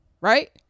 right